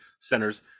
centers